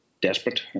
desperate